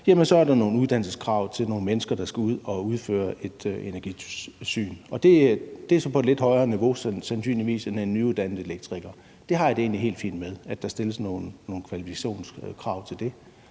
er der nogle uddannelseskrav til nogle mennesker, der skal ud at udføre et energitilsyn. De er sandsynligvis så på et lidt højere niveau end en nyuddannet elektriker. Jeg har det egentlig helt fint med, at der stilles nogle kvalifikationskrav til det.